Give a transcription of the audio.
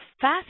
fast